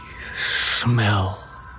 smell